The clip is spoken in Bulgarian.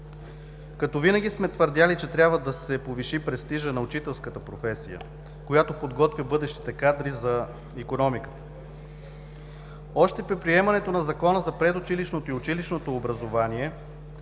като винаги сме твърдели, че трябва да се повиши престижът на учителската професия, която подготвя бъдещите кадри за икономиката. Още при приемането на Закона за предучилищното и училищното образование